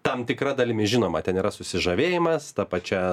tam tikra dalimi žinoma ten yra susižavėjimas ta pačia